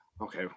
Okay